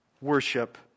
worship